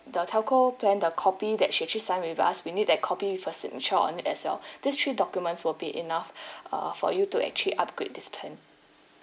the telco plan the copy that she actually signed with us we need that copy with a signature on it as well these three documents will be enough uh for you to actually upgrade this plan